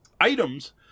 items